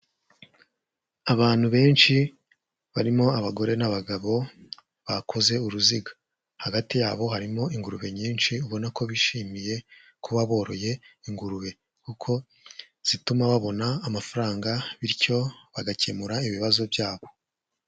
Abantu benshi barimo abagore n'abagabo bakoze uruziga, hagati yabo harimo ingurube nyinshi, ubona ko bishimiye kuba boroye ingurube kuko zituma babona amafaranga bityo bagakemura ibibazo byabo.